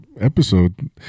episode